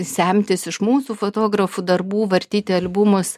semtis iš mūsų fotografų darbų vartyti albumus